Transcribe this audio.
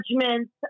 judgments